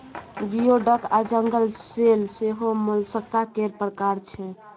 गियो डक आ जंगल सेल सेहो मोलस्का केर प्रकार छै